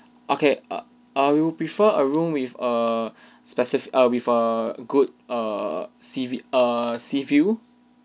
okay I I will prefer a room with err specif~ err with err good err sea view err sea view